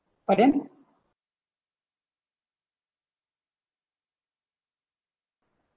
but then